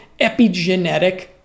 epigenetic